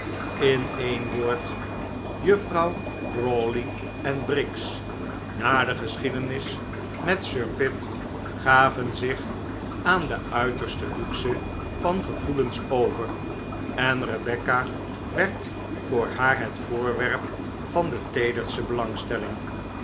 in een woord juffrouw crawley en briggs na de geschiedenis met sir pitt gaven zich aan de uiterste luxe van gevoelens over en rebecca werd voor haar het voorwerp van de teederste belangstelling